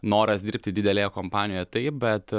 noras dirbti didelėje kompanijoje taip bet